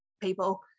people